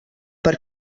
per